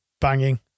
banging